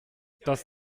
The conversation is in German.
das